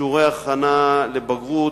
שיעורי הכנה לבגרות,